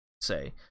say